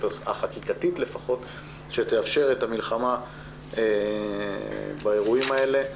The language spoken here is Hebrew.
החקיקתית שתאפשר את המלחמה באירועים האלה.